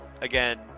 again